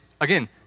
again